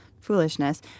foolishness